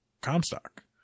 Comstock